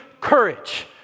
courage